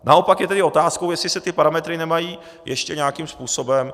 Naopak je tedy otázkou, jestli se ty parametry nemají ještě nějakým způsobem...